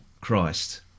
Christ